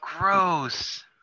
gross